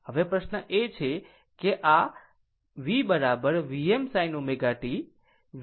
હવે પ્રશ્ન એ છે કે આ છે V Vm sin ω t V Vm sin ω t